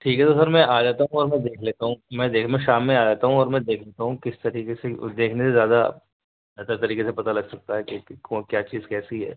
ٹھیک ہے تو سر میں آ جاتا ہوں اور میں دیکھ لیتا ہوں میں دیکھ میں شام میں آ جاتا ہوں اور میں دیکھ لیتا ہوں کس طریقے سے دیکھنے سے زیادہ اچھا طریقے سے پتہ لگ سکتا ہے کون کیا چیز کیسی ہے